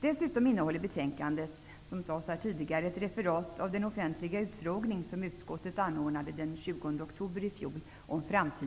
Dessutom innehåller betänkandet, vilket sades här tidigare, ett referat av den offentliga utfrågning om framtidens äldrevård som utskottet anordnade